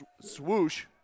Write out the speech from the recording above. Swoosh